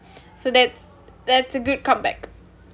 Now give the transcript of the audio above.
so that's that's a good comeback